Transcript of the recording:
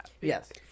Yes